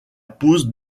pose